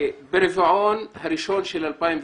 ברבעון הראשון של 2019,